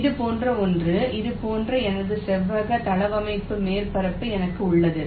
எனவே இது போன்ற ஒன்று இது போன்ற எனது செவ்வக தளவமைப்பு மேற்பரப்பு எனக்கு உள்ளது